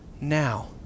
now